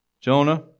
Jonah